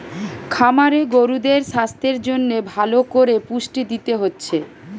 খামারে গরুদের সাস্থের জন্যে ভালো কোরে পুষ্টি দিতে হচ্ছে